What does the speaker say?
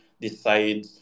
decide